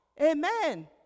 Amen